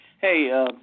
Hey